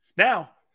Now